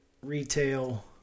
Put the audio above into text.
retail